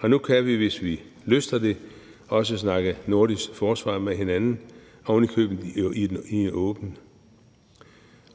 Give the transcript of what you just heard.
og nu kan vi, hvis vi lyster det, også snakke nordisk forsvar med hinanden, ovenikøbet i det åbne.